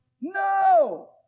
No